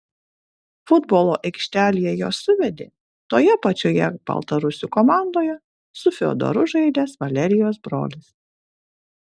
futbolo aikštelėje juos suvedė toje pačioje baltarusių komandoje su fiodoru žaidęs valerijos brolis